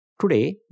Today